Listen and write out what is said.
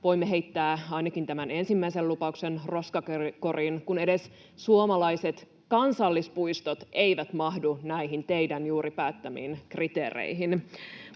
voimme heittää ainakin tämän ensimmäisen lupauksen roskakoriin, kun edes suomalaiset kansallispuistot eivät mahdu näihin teidän juuri päättämiinne kriteereihin.